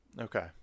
Okay